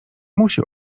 musi